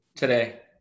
today